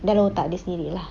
dalam otak dia sendiri lah